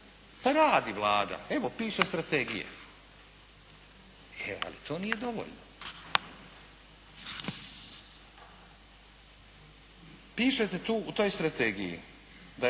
Pa radi Vlada. Evo piše strategije. Ali to nije dovoljno. Pišete tu u toj strategiji da je